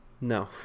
No